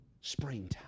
springtime